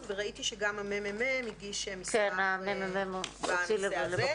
וראיתי שגם הממ"מ הגיש מסמך בנושא הזה.